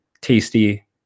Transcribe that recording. tasty